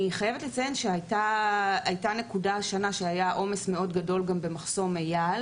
אני חייבת לציין שהייתה השנה נקודה שבה היה עומס מאוד גדול במחסום אייל